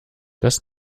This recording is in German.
das